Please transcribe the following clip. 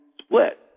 split